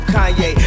Kanye